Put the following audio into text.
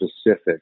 specific